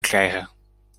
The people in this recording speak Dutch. krijgen